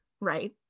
right